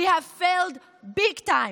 we have failed big time,